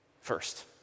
first